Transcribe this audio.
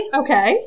okay